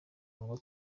ngo